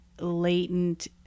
latent